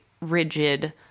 rigid